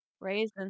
raisins